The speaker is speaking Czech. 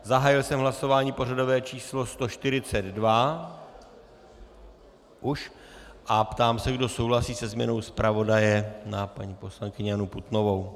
Zahájil jsem hlasování pořadové číslo 142 a ptám se, kdo souhlasí se změnou zpravodaje na paní poslankyni Annu Putnovou?